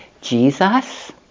Jesus